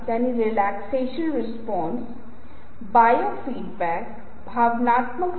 ज्यादा विस्तार के बिना मुझे कहना होगा कि ये दोनों निश्चित रूप से अलग अलग संदेश देते हैं